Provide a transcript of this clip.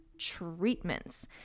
treatments